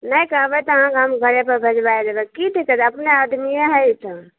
नहि कहबै तऽ अहाँके हम घर पर हम भेजबाय देबै की दिक्कत छै अपने आदमी हइ तऽ